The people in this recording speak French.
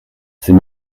c’est